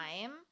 time